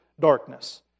darkness